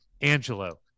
Angelo